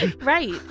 Right